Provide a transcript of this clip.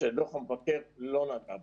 שדוח המבקר לא נגע בו,